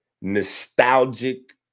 nostalgic